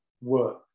work